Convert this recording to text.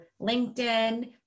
LinkedIn